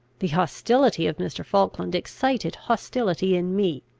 the hostility of mr. falkland excited hostility in me.